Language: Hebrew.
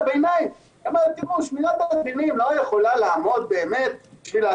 חבר הכנסת פינדרוס, --- נותנים יד לשמאל